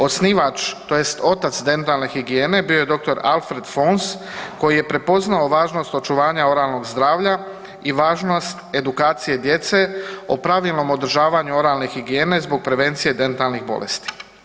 Osnivač tj. otac dentalne higijene bio je dr. Alfred Fones koji je prepoznao važnost očuvanja oralnog zdravlja i važnost edukacije djece o pravilnom održavanju oralne higijene zbog prevencije dentalnih bolesti.